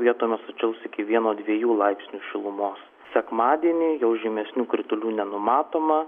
vietomis sušils iki vieno dviejų laipsnių šilumos sekmadienį jau žymesnių kritulių nenumatoma